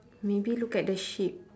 maybe look at the sheep